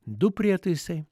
du prietaisai